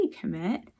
commit